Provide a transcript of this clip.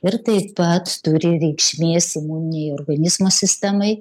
ir taip pat turi reikšmės imuninei organizmo sistemai